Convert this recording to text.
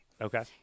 Okay